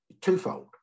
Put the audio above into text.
twofold